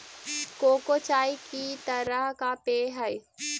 cocoa चाय की तरह का पेय हई